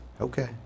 Okay